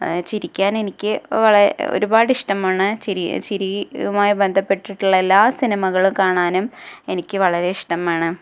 ചിരിക്കാൻ എനിക്ക് ഒരുപാട് ഇഷ്ടമാണ് ചിരിയുമായി ബന്ധപ്പെട്ടിട്ടുള്ള എല്ലാ സിനിമകൾ കാണാനും എനിക്ക് വളരെ ഇഷ്ടമാണ്